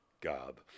Gob